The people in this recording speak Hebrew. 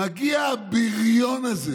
מגיע הבריון הזה